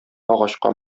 агачка